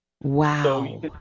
Wow